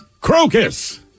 Crocus